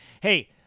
Hey